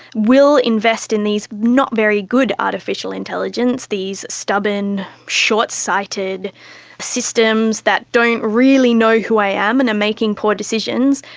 will invest in these not very good artificial intelligence, these stubborn, short-sighted systems that don't really know who i am and are making poor decisions,